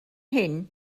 hyn